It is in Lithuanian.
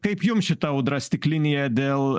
kaip jums šita audra stiklinėje dėl